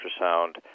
ultrasound